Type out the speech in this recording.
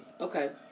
okay